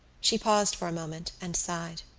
she paused for a moment and sighed.